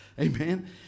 Amen